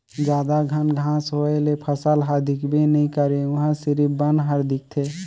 जादा घन घांस होए ले फसल हर दिखबे नइ करे उहां सिरिफ बन हर दिखथे